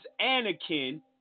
Anakin